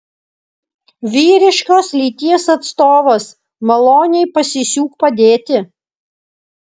vyriškos lyties atstovas maloniai pasisiūk padėti